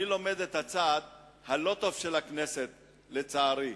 אני לומד את הצד הלא-טוב של הכנסת, לצערי.